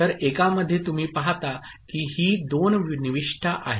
तर एकामध्ये तुम्ही पाहता की ही दोन निविष्ठा आहेत